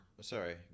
Sorry